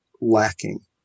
lacking